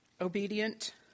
obedient